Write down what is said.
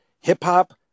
hip-hop